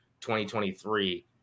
2023